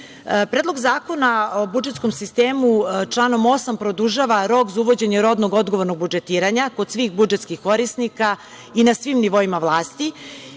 cena. Predlog zakona o budžetskom sistemu članom 8. produžava rok za uvođenje rodnog odgovornog budžetiranja kod svih budžetskih korisnika i na svim nivoima vlasti